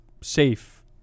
safe